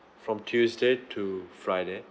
from tuesday to friday